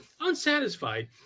unsatisfied